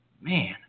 man